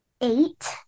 eight